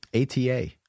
ATA